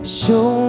show